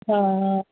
हा हा